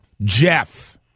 Jeff